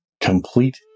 complete